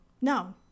No